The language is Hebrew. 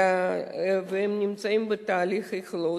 והן נמצאות בתהליך אכלוס.